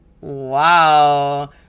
wow